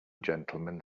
gentlemen